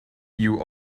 you